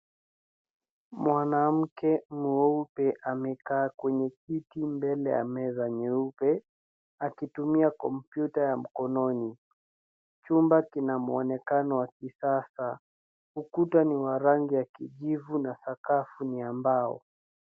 Mwanamke mweupe amekaa kwenye kiti mbele ya meza nyeupe akitumia kompyuta ya mkononi. Chumba kinamoonekana ni wa kisasa, rangi ni ya kijivu na sakafu ni ya mbao.